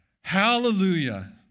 Hallelujah